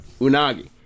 Unagi